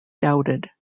doubted